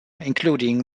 including